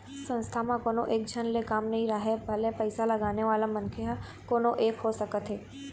संस्था म कोनो एकझन ले काम नइ राहय भले पइसा लगाने वाला मनखे ह कोनो एक हो सकत हे